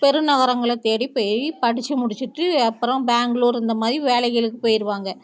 பெருநகரங்களை தேடி போய் படிச்சு முடிச்சிவிட்டு அப்புறம் பெங்களூர் இந்த மாதிரி வேலைகளுக்கு போயிருவாங்க